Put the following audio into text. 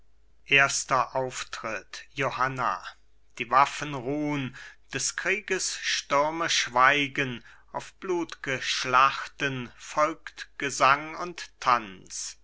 erster auftritt johanna die waffen ruhn des krieges stürme schweigen auf blutge schlachten folgt gesang und tanz